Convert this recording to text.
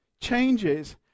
changes